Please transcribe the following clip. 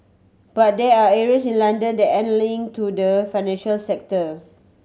but there are areas in London that aren't link to the financial sector